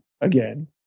again